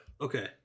Okay